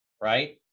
right